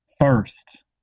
first